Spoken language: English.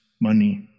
money